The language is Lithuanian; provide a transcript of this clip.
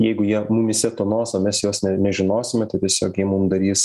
jeigu jie mumyse tūnos o mes jos ne nežinosime tai tiesiog jie mum darys